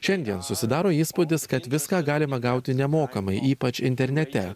šiandien susidaro įspūdis kad viską galima gauti nemokamai ypač internete